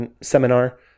seminar